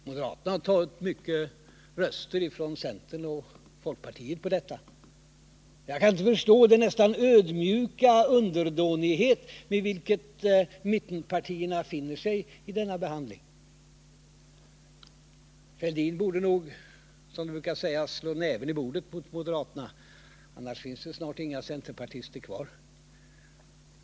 Moderaterna har tagit många röster från centern och folkpartiet genom uttalanden som dessa. Jag kan inte förstå den nästan ödmjuka underdånighet med vilken mittenpartierna finner sig i denna behandling. Thorbjörn Fälldin borde nog, som det brukar sägas, slå näven i bordet mot moderaterna, annars finns det snart inga centerpartister kvar.